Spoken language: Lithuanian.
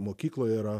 mokykloje yra